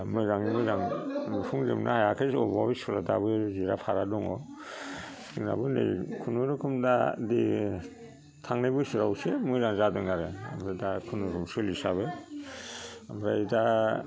मोजाङै मोजां लुफुंजोबनो हायाखै अबेबा स्कुल आ दाबो जिरा फारा दङ जोंनाबो नै खुनुरुखुम दा दे थांनाय बोसाराव एसे मोजां जादों आरो ओमफ्राय दा खुनुरुखुम सोलिसाबो ओमफ्राय दा